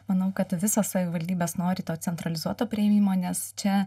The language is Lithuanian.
manau kad visos savivaldybės nori to centralizuoto priėmimo nes čia